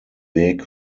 weg